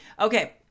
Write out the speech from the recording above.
okay